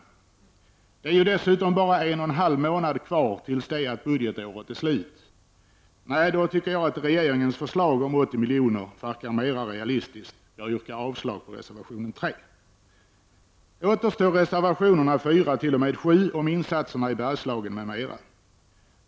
Det är dessutom bara en och en halv månad kvar till dess budgetåret är slut. Nej, då tycker jag att regeringens förslag om 80 miljoner verkar mer realistiskt. Jag yrkar avslag på reservation 3. Återstår reservationerna 4—7, om insatserna i Bergslagen m.m.